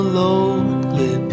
lonely